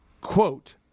quote